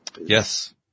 Yes